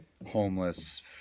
Homeless